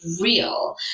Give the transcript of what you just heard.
real